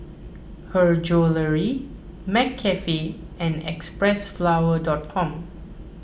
Her Jewellery McCafe and Xpressflower dot com